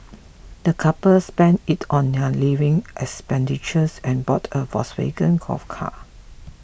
the couple spent it on their living expenditure and bought a Volkswagen Golf car